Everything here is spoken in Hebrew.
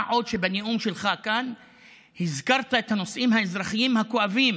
מה עוד שבנאום שלך כאן הזכרת את הנושאים האזרחיים הכואבים